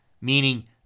meaning